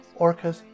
Orcas